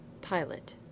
PILOT